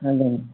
ꯑꯗꯨꯅꯤ